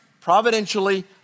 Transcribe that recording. providentially